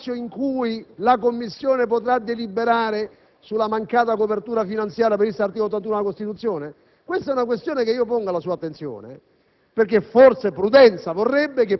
Ci sarà uno spazio in cui la 5a Commissione potrà deliberare sulla mancata copertura finanziaria prevista dall'articolo 81 della Costituzione? Questa è una questione che pongo alla sua attenzione,